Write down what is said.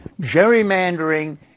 Gerrymandering